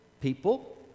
People